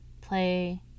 Play